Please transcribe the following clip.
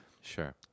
Sure